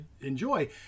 enjoy